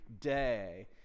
day